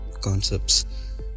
concepts